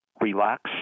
RELAX